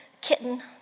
kitten